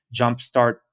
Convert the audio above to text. jumpstart